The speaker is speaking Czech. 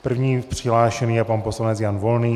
První přihlášený je poslanec Jan Volný.